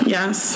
Yes